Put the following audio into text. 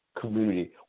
community